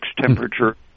temperature